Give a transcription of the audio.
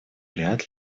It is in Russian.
вряд